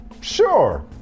sure